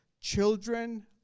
children